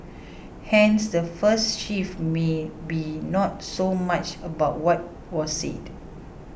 hence the first shift may be not so much about what was said